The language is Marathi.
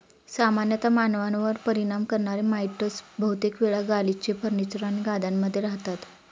सामान्यतः मानवांवर परिणाम करणारे माइटस बहुतेक वेळा गालिचे, फर्निचर आणि गाद्यांमध्ये रहातात